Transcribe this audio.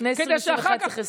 לפני 2021 צריך,